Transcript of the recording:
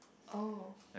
oh